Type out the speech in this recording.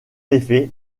effet